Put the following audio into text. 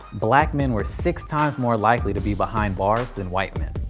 black men were six times more likely to be behind bars than white men.